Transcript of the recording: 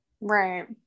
right